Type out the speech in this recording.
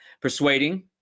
Persuading